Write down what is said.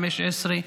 2015,